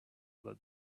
that